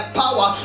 power